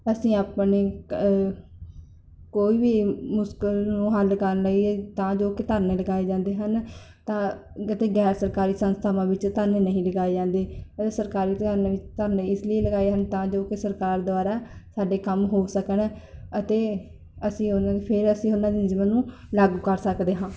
ਅਸੀਂ ਆਪਣੇ ਕੋਈ ਵੀ ਮੁਸ਼ਕਿਲ ਨੂੰ ਹੱਲ ਕਰਨ ਲਈ ਤਾਂ ਜੋ ਕਿ ਧਰਨੇ ਲਗਾਏ ਜਾਂਦੇ ਹਨ ਤਾਂ ਕਿਤੇ ਗੈਰ ਸਰਕਾਰੀ ਸੰਸਥਾਵਾਂ ਵਿੱਚ ਧਰਨੇ ਨਹੀਂ ਲਗਾਏ ਜਾਂਦੇ ਅਤੇ ਸਰਕਾਰੀ ਧਰਨੇ ਇਸ ਲਈ ਲਗਾਏ ਹਨ ਤਾਂ ਜੋ ਕਿ ਸਰਕਾਰ ਦੁਆਰਾ ਸਾਡੇ ਕੰਮ ਹੋ ਸਕਣ ਅਤੇ ਅਸੀਂ ਉਹਨਾਂ ਦੀ ਫਿਰ ਅਸੀਂ ਉਹਨਾਂ ਨਿਯਮਾਂ ਨੂੰ ਲਾਗੂ ਕਰ ਸਕਦੇ ਹਾਂ